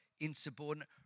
insubordinate